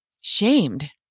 shamed